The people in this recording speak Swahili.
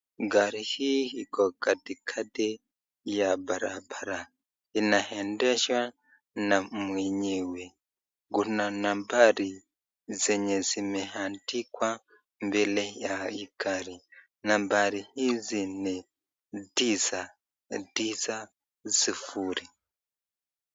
Gari hii iko katikati ya barabara inaendeshwa na mwenyewe kuna nambari zenye zimeandikwa mbele ya hii gari nambari hizi ni tisa tisa sufuri.